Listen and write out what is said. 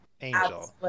Angel